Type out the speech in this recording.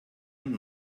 and